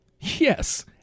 Yes